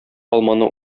алманы